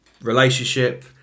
relationship